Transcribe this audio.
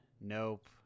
Nope